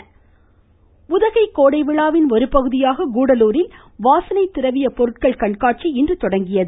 உதகை கோடை விழா உதகை கோடை விழாவின் ஒருபகுதியாக கூடலூரில் வாசனை திரவிய பொருட்கள் கண்காட்சி இன்று தொடங்கியது